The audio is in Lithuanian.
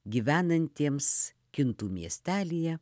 gyvenantiems kintų miestelyje